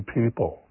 people